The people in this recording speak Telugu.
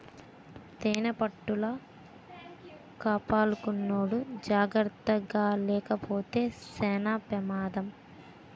తేనిపట్టుల కాపలాకున్నోడు జాకర్తగాలేపోతే సేన పెమాదం